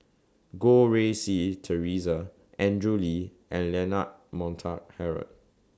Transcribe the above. Goh Rui Si Theresa Andrew Lee and Leonard Montague Harrod